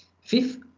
fifth